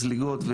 וזליגות,